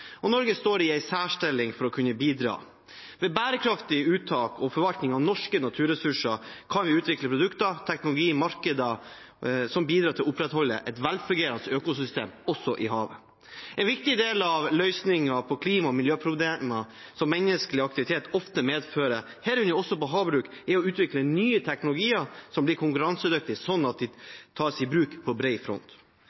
og Norge står i en særstilling for å kunne bidra. Med bærekraftige uttak og forvaltning av norske naturressurser kan vi utvikle produkter, teknologi og markeder som bidrar til å opprettholde et velfungerende økosystem, også i havet. En viktig del av løsningen på klima- og miljøproblemer som menneskelig aktivitet ofte medfører, herunder også for havbruk, er å utvikle nye teknologier som blir konkurransedyktige, slik at de